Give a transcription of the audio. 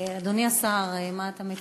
אדוני השר, מה אתה מציע,